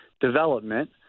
development